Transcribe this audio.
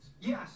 Yes